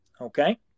Okay